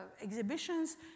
exhibitions